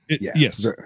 Yes